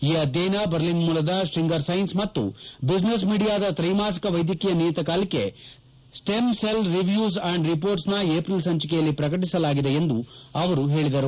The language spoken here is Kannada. ಈ ಅಧ್ಯಯನ ಬರ್ಲಿನ್ ಮೂಲದ ಸ್ಪಿಂಗರ್ ಸೈನ್ಸ್ ಮತ್ತು ಬಿಸಿನೆಸ್ ಮೀಡಿಯಾದ ತ್ರೈಮಾಸಿಕ ವೈದ್ಯಕೀಯ ನಿಯತಕಾಲಿಕೆ stem cell reviews and reports ನ ಏಪ್ರಿಲ್ ಸಂಚಿಕೆಯಲ್ಲಿ ಪ್ರಕಟಿಸಲಾಗಿದೆ ಎಂದು ಅವರು ಹೇಳಿದರು